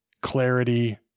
clarity